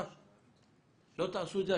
אם לא תעשו את זה,